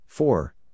Four